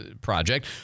project